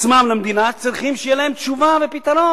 עצמם למדינה, צריכים שיהיו להם תשובה ופתרון.